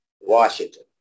Washington